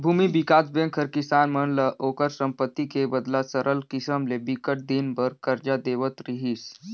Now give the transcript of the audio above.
भूमि बिकास बेंक ह किसान मन ल ओखर संपत्ति के बदला सरल किसम ले बिकट दिन बर करजा देवत रिहिस